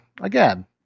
again